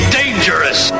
dangerous